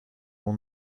all